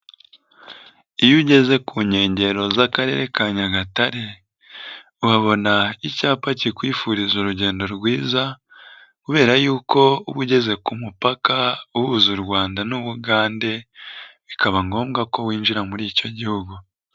Iyo ugeze ku nkengero z'Akarere ka Nyagatare, uhabona icyapa kikwifuriza urugendo rwiza kubera yuko uba ugeze ku mupaka uhuza u Rwanda n'Ubugande, bikaba ngombwa ko winjira muri icyo gihugu.